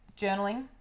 journaling